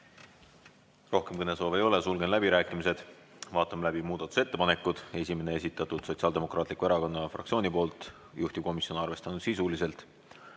Rohkem kõnesoove ei ole, sulgen läbirääkimised. Vaatame läbi muudatusettepanekud. Esimene, esitanud Sotsiaaldemokraatliku Erakonna fraktsioon, juhtivkomisjon on arvestanud sisuliselt.